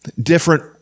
different